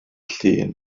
llun